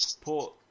Port